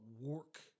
work